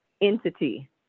entity